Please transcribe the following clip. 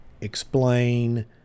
explain